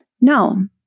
no